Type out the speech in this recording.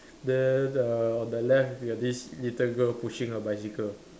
then the on the left we have this little girl pushing a bicycle